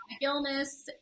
illness